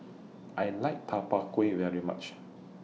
I like Tau Kwa Pau very much